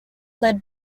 led